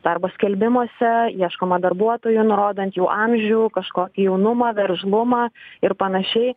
darbo skelbimuose ieškoma darbuotojų nurodant jų amžių kažko jaunumą veržlumą ir panašiai